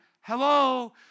hello